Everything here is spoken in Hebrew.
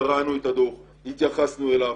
אנחנו קראנו את הדוח והתייחסנו אליו.